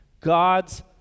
God's